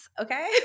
okay